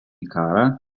karą